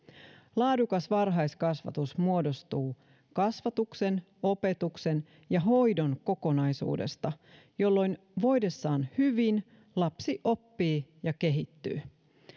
laadukas varhaiskasvatus muodostuu kasvatuksen opetuksen ja hoidon kokonaisuudesta jolloin voidessaan hyvin lapsi oppii ja kehittyy